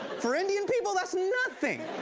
for indian people, that's nothing.